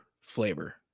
flavor